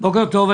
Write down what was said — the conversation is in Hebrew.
בוקר טוב.